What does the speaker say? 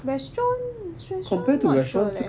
restaurant restaurant not sure leh